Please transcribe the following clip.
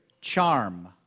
charm